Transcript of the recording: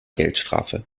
geldstrafe